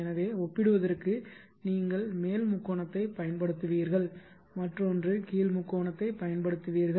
எனவே ஒப்பிடுவதற்கு நீங்கள் மேல் முக்கோணத்தைப் பயன்படுத்துவீர்கள் மற்றொன்று கீழ் முக்கோணத்தை பயன்படுத்துவீர்கள்